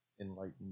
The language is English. Enlightened